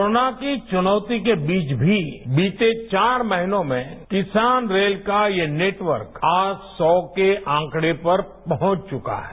corona की चुनौती के बीच भी बीतें चार महीनों में किसान रेल का यह नेटवर्क आज सौ के आंकड़ें पर पहुंच चुका है